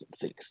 six